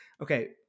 Okay